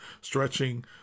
stretching